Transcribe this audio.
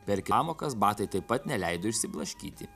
per pamokas batai taip pat neleido išsiblaškyti